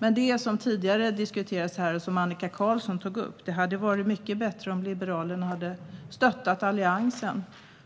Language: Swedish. Men, som tidigare diskuterats och som Annika Qarlsson tog upp, det hade varit mycket bättre om Liberalerna hade stöttat övriga Alliansen